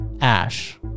Ash